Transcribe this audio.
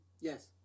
Yes